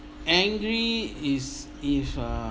angry is if uh